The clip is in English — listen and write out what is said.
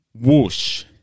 whoosh